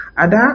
Ada